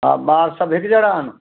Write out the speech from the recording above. हा ॿार सभु हिक जहिड़ा आहिनि